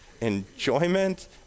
enjoyment